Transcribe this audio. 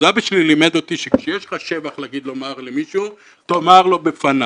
אבל אבא שלי לימד אותי שכשיש לך שבח להגיד למישהו תאמר לו בפניו,